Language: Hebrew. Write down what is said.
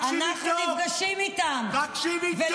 אנחנו נפגשים איתם -- תקשיבי טוב, תקשיבי טוב.